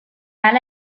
hala